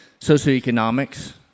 socioeconomics